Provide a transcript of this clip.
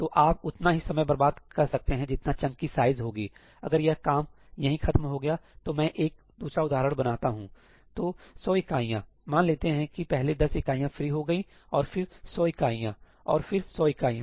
तो आप उतना ही समय बर्बाद कर सकते हैं जितना चंक की साइज होगी अगर यह काम यही खत्म हो गया तो मैं एक दूसरा उदाहरण बनाता हूं तो 100 इकाइयां मान लेते हैं कि पहली 10 इकाइयां फ्री हो गई और फिर 100 इकाइयां और फिर 100 इकाइयां